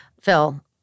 Phil